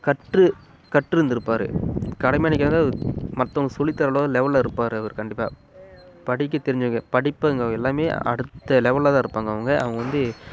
கற்று கற்று இருந்துருப்பார் கடமையாக நினைக்காத அவர் மற்றவுங்க சொல்லித்தரளவு லெவலில் இருப்பார் அவர் கண்டிப்பாக படிக்க தெரிஞ்சவங்க படிப்புங்க எல்லாமே அடுத்த லெவலில் தான் இருப்பாங்க அவங்க அவங்க வந்து